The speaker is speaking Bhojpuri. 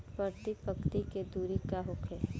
प्रति पंक्ति के दूरी का होखे?